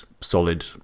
solid